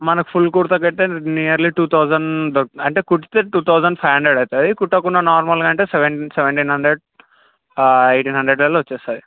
మనకి ఫుల్ కుర్తాకయితే nearly two thousand దోర్ అంటే కుడితే టూ తౌసండ్ ఫైవ్ హండ్రెడ్ అవుతుంది కుట్టకుండా నార్మల్గా అంటే సెవెన్ సెవెంటీన్ హండ్రెడ్ ఎయిటీన్ హండ్రెడల్లా వచ్చేస్తుంది